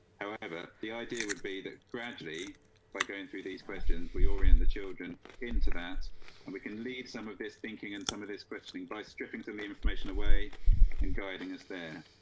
however, the idea would be that gradually by going through these questions, we already have and the children into that and we can lead some of this thinking, and some of this questioning by stripping to the information away and guiding us there.